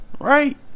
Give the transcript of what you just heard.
right